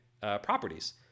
properties